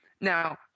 Now